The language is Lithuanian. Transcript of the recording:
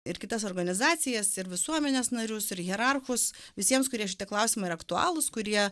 ir kitas organizacijas ir visuomenės narius ir hierarchus visiems kurie šitie klausimai yra aktualūs kurie